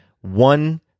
one